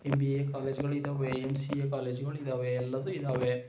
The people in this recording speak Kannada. ಎಮ್ ಬಿ ಎ ಕಾಲೇಜುಗಳು ಇದ್ದಾವೆ ಎಮ್ ಸಿ ಎ ಕಾಲೇಜುಗಳು ಇದ್ದಾವೆ ಎಲ್ಲದು ಇದ್ದಾವೆ